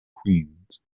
queens